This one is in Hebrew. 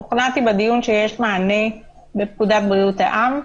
שוכנעתי בדיון שיש מענה בפקודת בריאות העם.